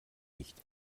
nicht